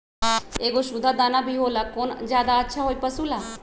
एगो सुधा दाना भी होला कौन ज्यादा अच्छा होई पशु ला?